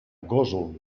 gósol